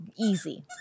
easy